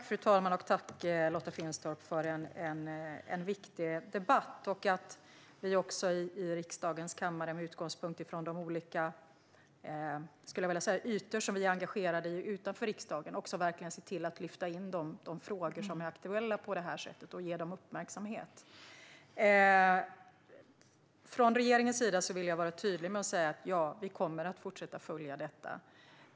Fru talman! Tack, Lotta Finstorp, för en viktig debatt! Det är bra att vi i riksdagens kammare, med utgångspunkt från de olika ytor som vi är engagerade i utanför riksdagen, ser till att lyfta in de frågor som är aktuella på detta sätt och att ge dem uppmärksamhet. Från regeringens sida vill jag vara tydlig med att säga att vi kommer att fortsätta följa detta.